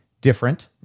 different